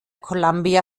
columbia